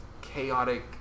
chaotic